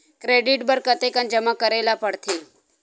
Credit बर कतेकन जमा करे ल पड़थे?